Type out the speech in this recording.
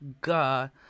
God